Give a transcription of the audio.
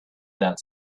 that